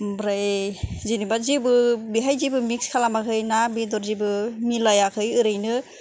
ओमफ्राइ जेनेबा जेबो बेहाय जेबो मिक्स खालामाखै ना बेदर जेबो मिलायाखै ओरैनो